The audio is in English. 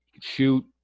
shoot